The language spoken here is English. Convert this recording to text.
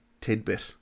tidbit